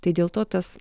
tai dėl to tas